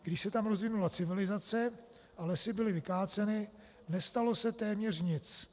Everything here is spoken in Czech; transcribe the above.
Když se tam rozvinula civilizace a lesy byly vykáceny, nestalo se téměř nic.